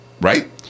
right